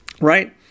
Right